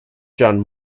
john